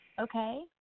Okay